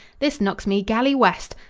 this knocks me galley-west.